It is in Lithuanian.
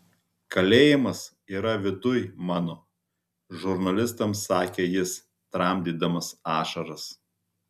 kalėjimas yra viduj mano žurnalistams sakė jis tramdydamas ašaras